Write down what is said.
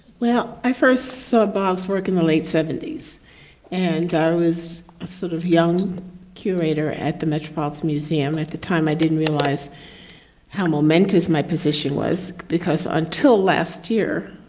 well, i first saw bob's work in the late seventy s and was a sort of young curator at the metropolitan museum, at the time i didn't realize how momentous my position was, because until last year,